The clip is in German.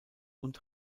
und